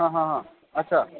हा हा हा आदसा